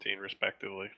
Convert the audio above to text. respectively